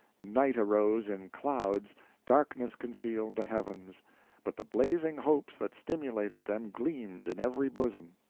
night arose in clouds darkness concealed the heavens but the blazing hopes that stimulated them gleamed in every bosom.